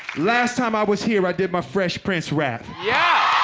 last time. i was here. i did my fresh prince rap. yeah